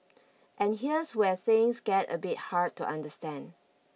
and here's where things get a bit hard to understand